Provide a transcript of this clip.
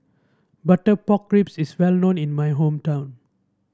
Butter Pork Ribs is well known in my hometown